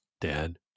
dad